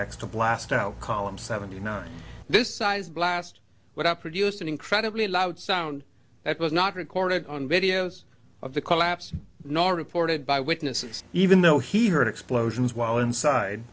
to blast out columns seventy nine this size blast would have produced an incredibly loud sound that was not recorded on videos of the collapse nor reported by witnesses even though he heard explosions while inside